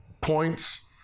points